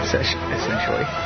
essentially